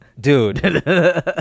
Dude